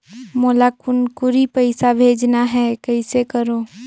मोला कुनकुरी पइसा भेजना हैं, कइसे करो?